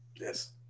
yes